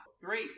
three